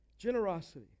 Generosity